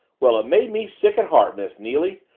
well, it made me sick at heart, miss neily.